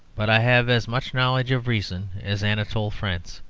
but i have as much knowledge of reason as anatole france.